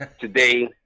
today